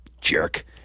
jerk